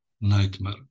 nightmare